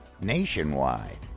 Nationwide